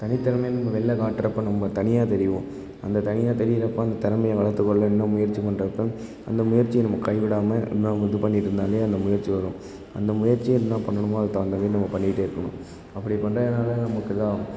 தனித்திறமையை நம்ம வெளில காட்டுறப்ப நம்ம தனியாக தெரிவோம் அந்த தனியாக தெரிகிறப்ப அந்த திறமைய வளர்த்துக்கொள்ள இன்னும் முயற்சி பண்ணுறப்ப அந்த முயற்சியை நம்ம கைவிடாமல் இன்னும் இது பண்ணிகிட்டு இருந்தாலே அந்த முயற்சி வரும் அந்த முயற்சியை என்ன பண்ணணுமோ அதுக்கு தகுந்தமாரி நம்ம பண்ணிகிட்டே இருக்கணும் அப்படி பண்ணுறதுனால நமக்கு இதாகும்